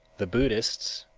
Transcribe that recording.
the buddhists,